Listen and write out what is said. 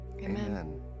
Amen